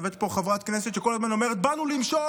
יושבת פה חברת כנסת שכל הזמן אומרת: "באנו למשול,